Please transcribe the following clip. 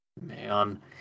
Man